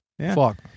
Fuck